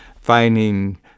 finding